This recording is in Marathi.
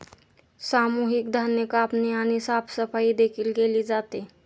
सामूहिक धान्य कापणी आणि साफसफाई देखील केली जाते